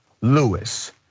Lewis